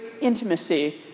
intimacy